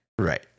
Right